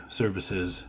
services